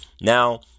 now